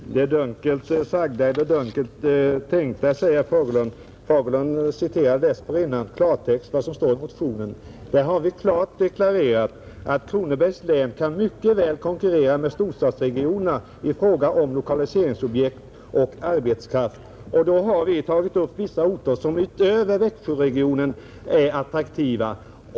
Herr talman! ”Det dunkelt sagda är det dunkelt tänkta”, sade herr Fagerlund, Herr Fagerlund citerade dessförinnan i klartext vad som står i motionen, Där har vi klart deklarerat: ”Kronobergs län kan mycket väl konkurrera också med storstadsregioner i fråga om lokaliseringsobjekt och arbetskraft.” Då har vi angivit vissa orter som utöver Växjöregionen är attraktiva.